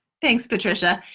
thanks patricia.